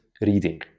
reading